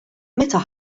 meta